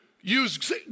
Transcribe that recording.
use